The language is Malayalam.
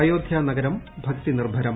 അയോധ്യാ നഗരം ഭക്തിനിർഭരം